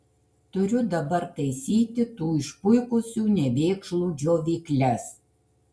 turiu dabar taisyti tų išpuikusių nevėkšlų džiovykles